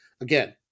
Again